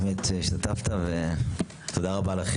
תודה רבה.